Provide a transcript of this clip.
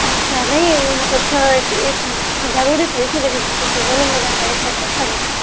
اچھا نہیں مطلب تھوڑا یہ تھا ضروری تھا اسی وجہ سے سوچے دونوں ہو جائے گا ایک ساتھ اچھا رہتا